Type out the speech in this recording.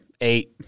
eight